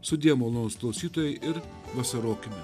sudie malonūs klausytojai ir vasarokime